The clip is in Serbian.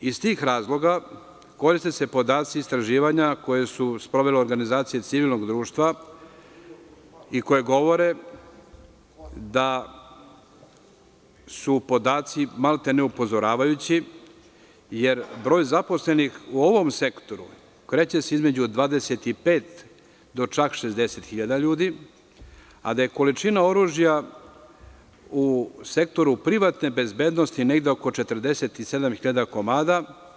Iz tih razloga koriste se podaci istraživanje koje su sprovele organizacije civilnog društva i koje govore da su podaci maltene upozoravajući, jer broj zaposlenih u ovom sektoru kreće se između 25 do čak 60 hiljada ljudi, a da je količina oružja u sektoru privatne bezbednosti negde oko 47 hiljada komada.